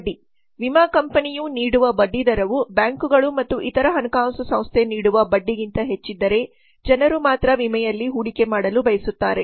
ಬಡ್ಡಿ ವಿಮಾ ಕಂಪನಿಯು ನೀಡುವ ಬಡ್ಡಿದರವು ಬ್ಯಾಂಕುಗಳು ಮತ್ತು ಇತರ ಹಣಕಾಸು ಸಂಸ್ಥೆ ನೀಡುವ ಬಡ್ಡಿಗಿಂತ ಹೆಚ್ಚಿದ್ದರೆ ಜನರು ಮಾತ್ರ ವಿಮೆಯಲ್ಲಿ ಹೂಡಿಕೆ ಮಾಡಲು ಬಯಸುತ್ತಾರೆ